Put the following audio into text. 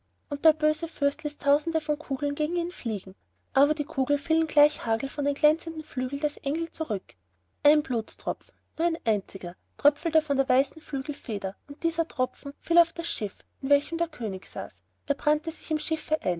und der böse fürst ließ tausende von kugeln gegen ihn fliegen aber die kugeln fielen gleich hagel von den glänzenden flügeln des engels zurück ein blutstropfen nur ein einziger tröpfelte von der weißen flügelfeder und dieser tropfen fiel auf das schiff in welchem der könig saß er brannte sich im schiffe